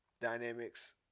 dynamics